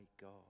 God